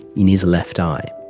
in his left eye.